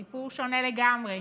סיפור שונה לגמרי: